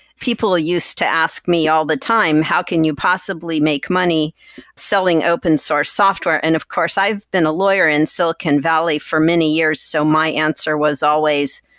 people used to ask me all the time, ow can you possibly make money selling open source software? and of course i've been a lawyer in silicon valley for many years. so my answer was always,